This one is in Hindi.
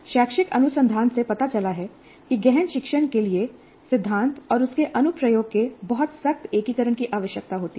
शैक्षिक अनुसंधान से पता चला है कि गहन शिक्षण के लिए सिद्धांत और उसके अनुप्रयोग के बहुत सख्त एकीकरण की आवश्यकता होती है